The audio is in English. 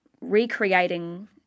recreating